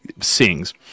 sings